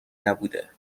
نبوده